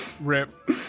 Rip